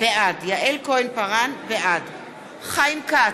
בעד חיים כץ,